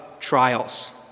trials